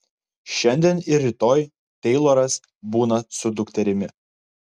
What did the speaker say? šiandien ir rytoj teiloras būna su dukterimi